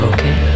Okay